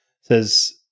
says